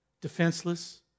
defenseless